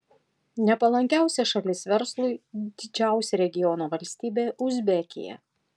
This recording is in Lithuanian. nepalankiausia šalis verslui didžiausia regiono valstybė uzbekija